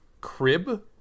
crib